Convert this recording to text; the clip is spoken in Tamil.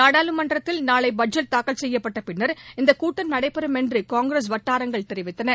நாடாளுமன்தற்தில் நாளை பட்ஜெட் தாக்கல் செய்யப்பட்ட பின்னர் இந்தக் கூட்டம் நடைபெறும் என்று காங்கிரஸ் வட்டாரங்கள் தெரிவித்தன